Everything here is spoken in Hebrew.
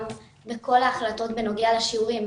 גם בכל ההחלטות בנוגע לשיעורים,